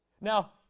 Now